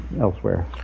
elsewhere